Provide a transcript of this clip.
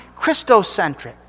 Christocentric